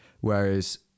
Whereas